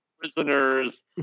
prisoners